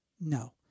No